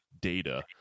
data